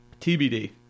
TBD